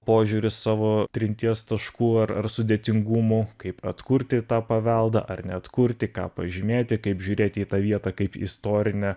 požiūrį savo trinties taškų ar ar sudėtingumų kaip atkurti tą paveldą ar neatkurti ką pažymėti kaip žiūrėti į tą vietą kaip istorinę